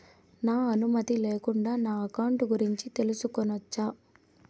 నా అనుమతి లేకుండా నా అకౌంట్ గురించి తెలుసుకొనొచ్చా?